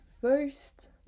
first